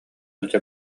илдьэ